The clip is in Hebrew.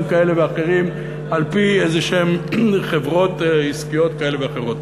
כאלה ואחרים על-פי חברות עסקיות כאלה ואחרות?